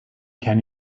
can